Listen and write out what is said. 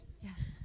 Yes